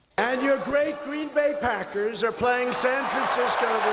and your great green bay packers are playing san francisco